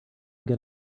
get